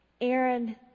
Aaron